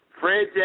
Fred